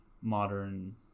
modern